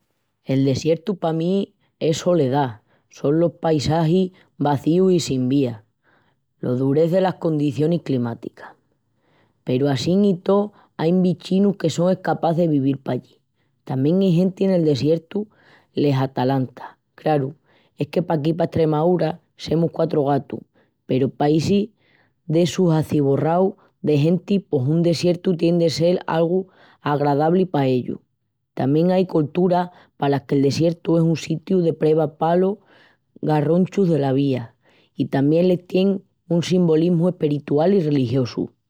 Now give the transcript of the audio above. El desiertu pa mí es soledá, son los paisagis vazíus i sin vida, la durés delas condicionis climáticas. Peru assín i tó ain bichinus que son escapás de vivil pallí. Tamién ai genti que'l desiertu les atalanta. Craru, es que paquí pa Estremaúra semus quatru gatus peru paísis d'essus aciborraus de genti pos un desiertu tien de sel algu agradabli pa ellus. Tamién ain colturas palas que'l desiertu es un sitiu de preva palos garronchus dela vida i tamién les tien un simbolismu espiritual i religiosu.